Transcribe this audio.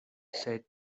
said